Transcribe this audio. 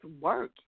work